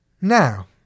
Now